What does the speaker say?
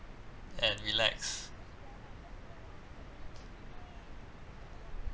and relax